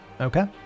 Okay